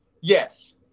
Yes